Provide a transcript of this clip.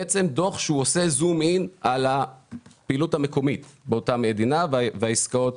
שעושה זום אין על הפעילות המקומית באותה מדינה והעסקאות